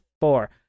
four